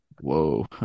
whoa